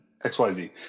XYZ